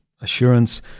assurance